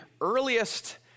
earliest